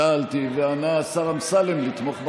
שאלתי וענה השר אמסלם: לתמוך בחוק.